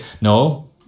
No